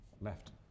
left